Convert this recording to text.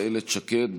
איילת שקד,